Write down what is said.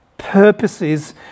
purposes